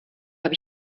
habe